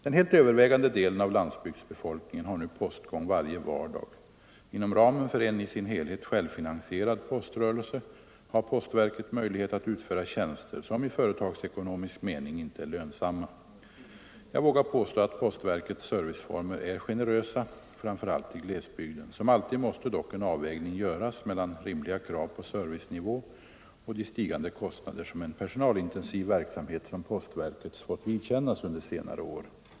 Den helt övervägande delen av landsbygdsbefolkningen har nu postgång varje vardag. Inom ramen för en i sin helhet självfinansierad poströrelse har postverket möjlighet att utföra tjänster som i företagsekonomisk mening inte är lönsamma. Jag vågar påstå att postverkets serviceformer är generösa framför allt i glesbygden. Som alltid måste dock en avvägning göras mellan rimliga krav på servicenivå och de stigande kostnader som en personalintensiv verksamhet som postverkets fått vidkännas under senare år.